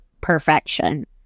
perfection